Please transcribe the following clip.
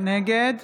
נגד